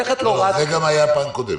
זה גם היה בפעם הקודמת.